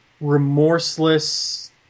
remorseless